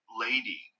lady